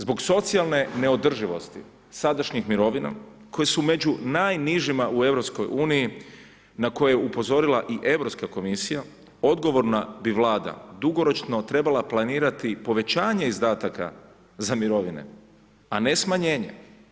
Zbog socijalne neodrživosti sadašnjih mirovina koje se među najnižima u EU-u na koje je upozorila i Europska komisija, odgovorna bi Vlada dugoročno trebala planirati povećanje izdataka za mirovine a ne smanjenje.